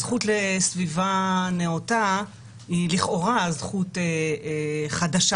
הזכות לסביבה נאותה היא לכאורה זכות חדשה